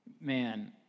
man